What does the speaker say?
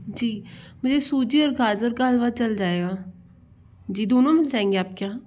जी मुझे सूजी और गाजर का हलवा चल जाएगा जी दोनों मिल जाएंगे आप के यहाँ